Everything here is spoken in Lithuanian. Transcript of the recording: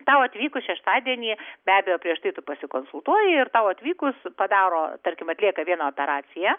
tau atvykus šeštadienį be abejo prieš tai tu pasikonsultuoji ir tau atvykus padaro tarkim atlieka vieną operaciją